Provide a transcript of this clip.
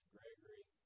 Gregory